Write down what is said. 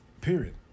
Period